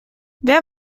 wer